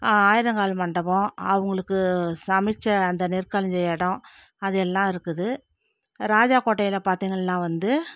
ஆயிரம்கால் மண்டபம் அவர்களுக்கு சமைத்த அந்த நெற்களஞ்சிய இடம் அது எல்லாம் இருக்குது ராஜா கோட்டையில் பாத்தீங்கள்ன்னா வந்து